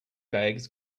bags